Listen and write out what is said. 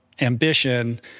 ambition